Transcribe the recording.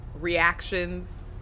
Reactions